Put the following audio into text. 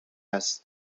است